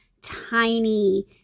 tiny